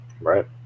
right